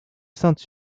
sainte